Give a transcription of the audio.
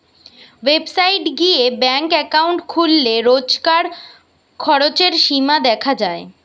website গিয়ে bank account খুললে রোজকার খরচের সীমা দেখা যায়